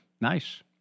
Nice